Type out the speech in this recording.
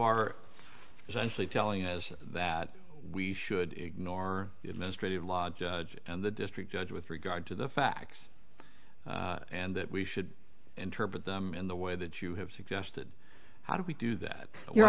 essentially telling us that we should ignore the administrative law judge and the district judge with regard to the facts and that we should interpret them in the way that you have suggested how do we do that